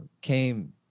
came